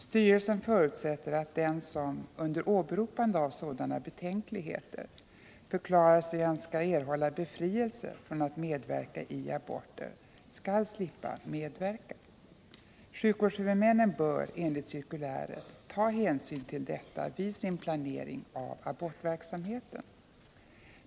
Styrelsen förutsätter att den som — under åberopande av sådana betänkligheter — förklarar sig önska erhålla befrielse från att medverka i aborter skall slippa medverka. Sjukvårdshuvudmännen bör, enligt cirkuläret, ta hänsyn till detta vid sin planering av abortverksamheten.